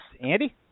Andy